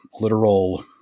literal